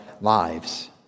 lives